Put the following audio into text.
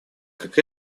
как